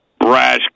brash